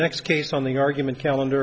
next case on the argument calendar